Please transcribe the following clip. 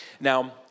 Now